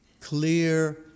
clear